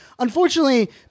Unfortunately